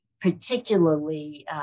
particularly